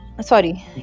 Sorry